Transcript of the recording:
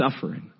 suffering